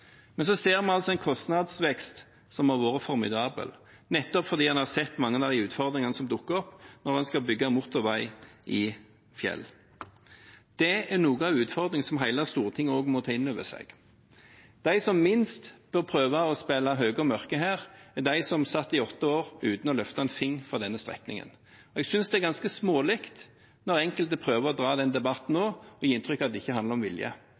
Men så ser vi altså en kostnadsvekst som har vært formidabel, nettopp fordi en har sett mange av de utfordringene som dukker opp når en skal bygge motorvei i fjell. Dette er noe av utfordringen, som hele Stortinget også må ta inn over seg. De som minst bør prøve å spille høye og mørke her, er de som satt i åtte år uten å løfte en finger for denne strekningen. Jeg synes det er ganske smålig når enkelte prøver å dra den debatten nå og gi inntrykk av at det ikke handler om vilje.